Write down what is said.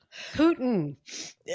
Putin